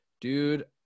dude